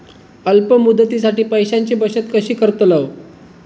अल्प मुदतीसाठी पैशांची बचत कशी करतलव?